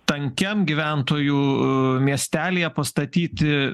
tankiam gyventojų miestelyje pastatyti